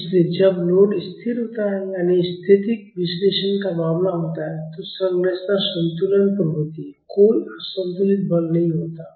इसलिए जब लोड स्थिर होता है यानी स्थैतिक विश्लेषण का मामला होता है तो संरचना संतुलन पर होती है कोई असंतुलित बल नहीं होता है